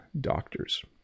doctors